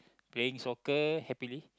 playing soccer happily